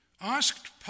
asked